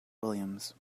williams